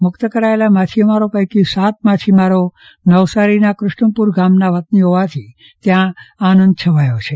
મુક્ત કરાયેલા માછીમારો પૈકી સાત માછીમાર નવસારીના કૃષ્ણપુર ગામના વતની હોવાથી ત્યાં આનંદ છવાયો છે